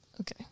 Okay